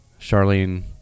Charlene